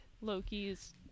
loki's